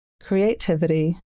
creativity